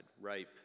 rape